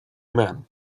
men